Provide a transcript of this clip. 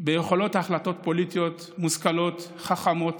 ביכולת להחליט החלטות פוליטיות מושכלות, חכמות.